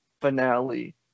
finale